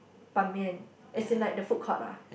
Ban Mian as in like the food court ah